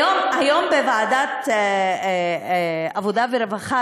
היום בוועדת העבודה והרווחה,